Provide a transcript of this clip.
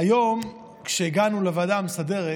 היום כשהגענו לוועדה המסדרת